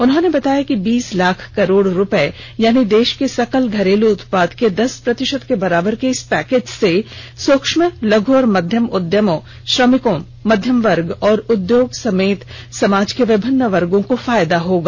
उन्होंने बताया कि बीस लाख करोड़ रुपए यानी देश के सकल घरेल उत्पाद के दस प्रतिशत के बराबर के इस पैकेज से सुक्ष्म लघु और मध्यम उद्यमों श्रमिकों मध्यम वर्ग और उद्योगों समेत समाज के विभिन्न वर्गों को फायदा होगा